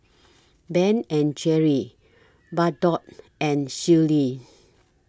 Ben and Jerry's Bardot and Sealy